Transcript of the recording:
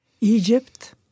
Egypt